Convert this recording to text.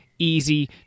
easy